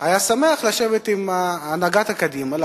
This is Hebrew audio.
היה שמח לשבת עם הנהגת קדימה.